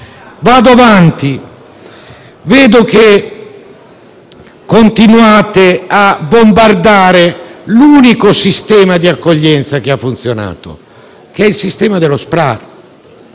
Vado avanti. Vedo che continuate a bombardare l'unico sistema di accoglienza che ha funzionato, che è quello dello SPRAR.